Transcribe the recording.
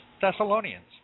Thessalonians